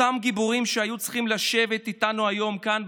אותם גיבורים שהיו צריכים לשבת איתנו היום כאן,